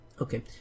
okay